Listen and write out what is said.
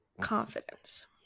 confidence